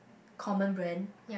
common brand